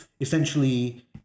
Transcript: essentially